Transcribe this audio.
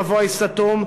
מבוי סתום,